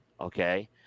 Okay